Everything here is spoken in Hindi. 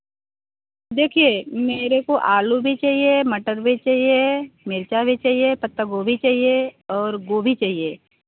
देखिए मेरे को आलू भी चाहिए मटर भी चाहिए मिर्च भी चाहिए पत्ता गोभी चाहिए और गोभी चाहिए